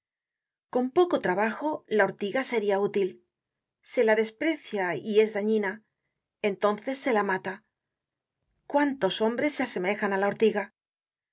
con poco trabajo la ortiga seria útil se la desprecia y es dañina entonces se la mata cuántos hombres se asemejan á la ortiga